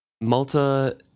Malta